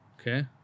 Okay